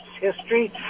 history